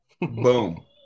Boom